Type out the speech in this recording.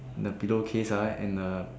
in the pillowcase ah and uh